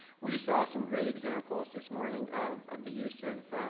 we saw some great examples this morning of, of the use of,